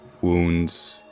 wounds